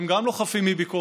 גם הם לא חפים מביקורת,